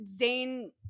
Zayn